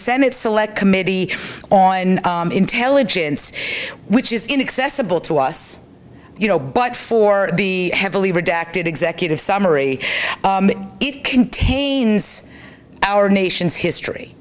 senate select committee on intelligence which is inaccessible to us you know but for the heavily redacted executive summary it contains our nation's history